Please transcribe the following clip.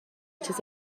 چیز